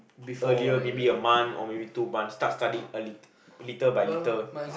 earlier maybe a month or maybe two month start studying a l~ little by little